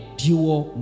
dual